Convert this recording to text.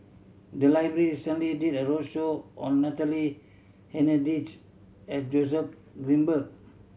the library recently did a roadshow on Natalie Hennedige and Joseph Grimberg